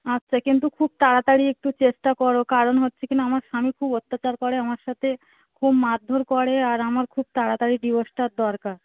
আচ্ছা কিন্তু খুব তাড়াতাড়ি একটু চেষ্টা করো কারণ হচ্ছে কি না আমার স্বামী খুব অত্যাচার করে আমার সাথে খুব মারধর করে আর আমার খুব তাড়াতাড়ি ডিভোর্সটার দরকার